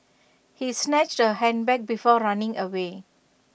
he snatched her handbag before running away